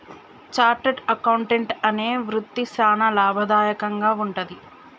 chartered accountant అనే వృత్తి సానా లాభదాయకంగా వుంటది